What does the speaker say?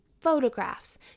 photographs